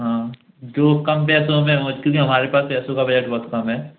हाँ जो कम पैसों में हो क्योंकि हमारे पास पैसों का बजट बहुत कम है